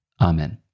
amen